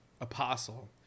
Apostle